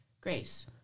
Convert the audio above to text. Grace